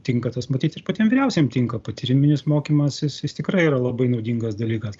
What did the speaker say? tinka tas matyt ir patiem vyriausiem tinka patyriminis mokymas jis jis tikrai yra labai naudingas dalykas